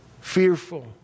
fearful